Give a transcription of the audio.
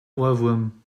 ohrwurm